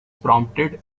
prompted